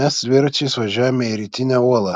mes dviračiais važiavome į rytinę uolą